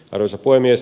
arvoisa puhemies